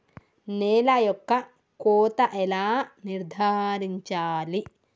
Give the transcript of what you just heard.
నేల యొక్క కోత ఎలా నిర్ధారించాలి?